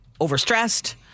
overstressed